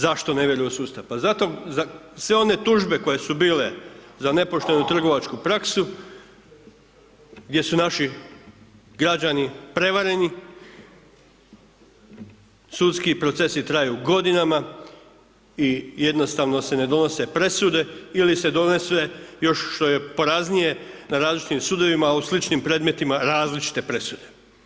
Zašto ne vjeruju u sustav, pa zato sve one tužbe koje su bile za nepoštenu trgovačku praksu, gdje su naši građani prevareni sudski procesi traju godinama i jednostavno se ne donose presude ili se donese, još što je poraznije, na različitim sudovima u sličnim predmetima različite presude.